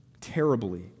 terribly